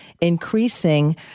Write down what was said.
increasing